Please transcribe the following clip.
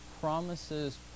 promises